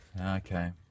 Okay